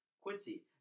Quincy